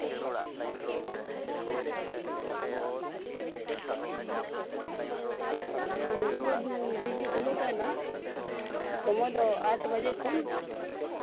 ᱚ ᱱᱚᱰᱮ ᱫᱚ ᱫᱤᱱ ᱜᱮ ᱠᱷᱩᱞᱟᱹᱣ ᱛᱟᱦᱮᱱᱟ ᱥᱚᱢᱚᱭ ᱫᱚ ᱟᱴ ᱵᱟᱡᱮ ᱠᱷᱚᱱ